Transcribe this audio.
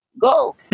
go